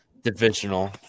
divisional